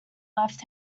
left